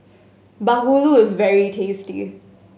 bahulu is very tasty